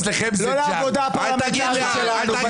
לא לעבודה הפרלמנטרית שלנו.